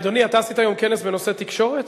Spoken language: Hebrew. אדוני, אתה עשית היום כנס בנושא תקשורת?